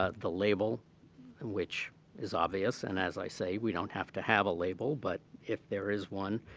ah the label in which is obvious, and as i say, we don't have to have a label but if there is one,